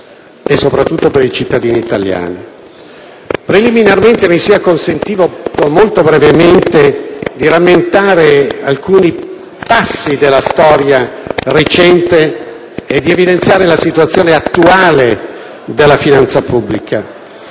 e soprattutto per i cittadini italiani. Preliminarmente mi sia consentito, molto brevemente, di rammentare alcuni passi della storia recente e di evidenziare la situazione attuale della finanza pubblica.